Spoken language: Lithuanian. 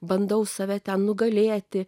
bandau save ten nugalėti